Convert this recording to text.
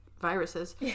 viruses